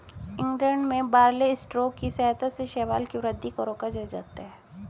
England में barley straw की सहायता से शैवाल की वृद्धि को रोका जाता है